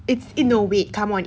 it's in a way come on